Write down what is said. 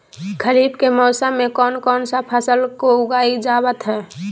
खरीफ के मौसम में कौन कौन सा फसल को उगाई जावत हैं?